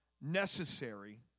necessary